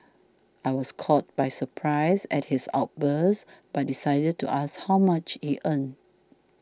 I was caught by surprise at his outburst but decided to ask how much he earned